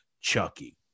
Chucky